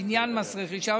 לעניין מס רכישה,